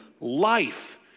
life